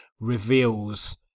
Reveals